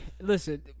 Listen